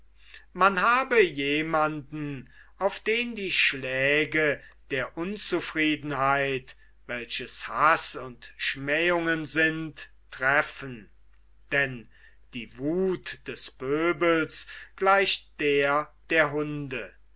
man habe jemanden auf den die schläge der unzufriedenheit welches haß und schmähungen sind treffen denn die wuth des pöbels gleicht der der hunde